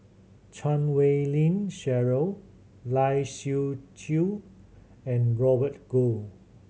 Chan Wei Ling Cheryl Lai Siu Chiu and Robert Goh